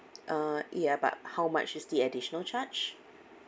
uh yeah but how much is the additional charge